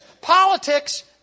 Politics